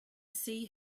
see